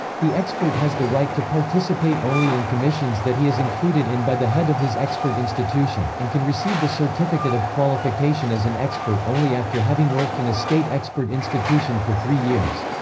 the expert has the right to participate only in commissions that he is included in by the head of his expert institution, and can receive the certificate of qualification as an expert only after having worked in a state expert institution for three years.